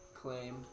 claim